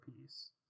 piece